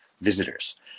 visitors